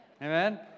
Amen